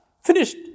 finished